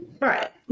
Right